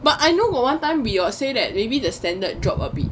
but I know got one time we got say that maybe the standard drop a bit